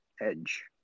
Edge